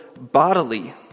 bodily